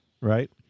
Right